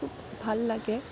খুব ভাল লাগে